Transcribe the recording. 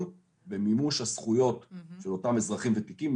במימוש הזכויות של אותם אזרחים ותיקים.